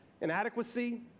inadequacy